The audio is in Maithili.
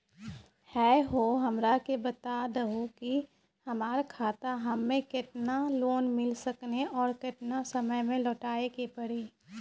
है हो हमरा के बता दहु की हमार खाता हम्मे केतना लोन मिल सकने और केतना समय मैं लौटाए के पड़ी?